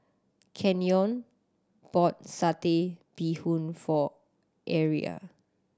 Kenyon bought Satay Bee Hoon for Aria